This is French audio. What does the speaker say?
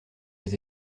les